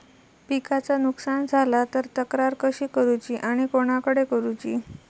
पिकाचा नुकसान झाला तर तक्रार कशी करूची आणि कोणाकडे करुची?